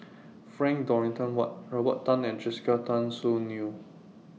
Frank Dorrington Ward Robert Tan and Jessica Tan Soon Neo